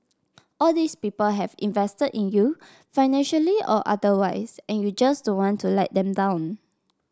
all these people have invested in you financially or otherwise and you just don't want to let them down